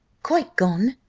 quite gone?